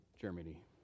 Germany